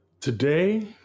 today